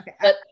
okay